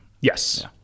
Yes